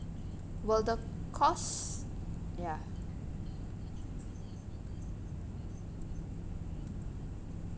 will the cost ya